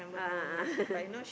a'ah a'ah